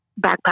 backpack